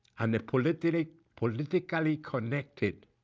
and the politically politically connected